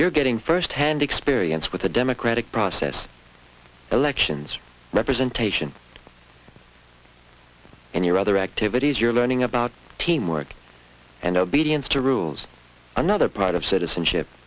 you're getting firsthand experience with the democratic process elections representation and your other activities you're learning about teamwork and obedience to rules another part of citizenship